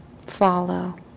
Follow